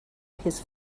his